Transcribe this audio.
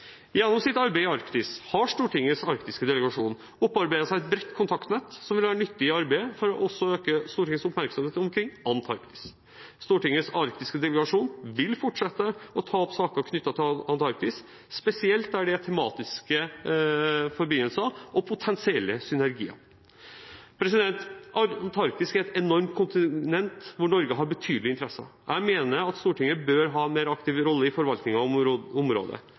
Gjennom sitt arbeid i Arktis har Stortingets arktiske delegasjon opparbeidet seg et bredt kontaktnett som vil være nyttig i arbeidet for å øke Stortingets oppmerksomhet omkring Antarktis. Stortingets arktiske delegasjon vil fortsette å ta opp saker knyttet til Antarktis, spesielt der det er tematiske forbindelser og potensielle synergier. Antarktis er et enormt kontinent, hvor Norge har betydelige interesser. Jeg mener at Stortinget bør ha en mer aktiv rolle i forvaltningen av området.